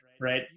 right